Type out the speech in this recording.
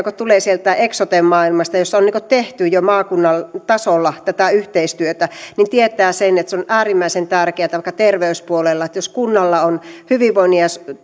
kun tulee sieltä eksoten maailmasta jossa on jo tehty maakunnan tasolla tätä yhteistyötä niin hän tietää sen että se on äärimmäisen tärkeätä vaikka terveyspuolella että jos kunnalla on hyvinvoinnin ja